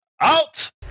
Out